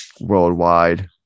worldwide